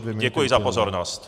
Ano, děkuji za pozornost.